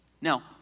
Now